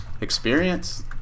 Experience